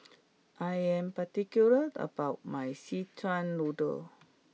I am particular about my Szechuan Noodle